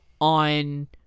on